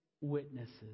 witnesses